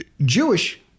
Jewish